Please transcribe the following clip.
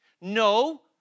No